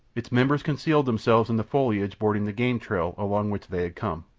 its members concealed themselves in the foliage bordering the game trail along which they had come.